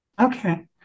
Okay